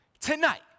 tonight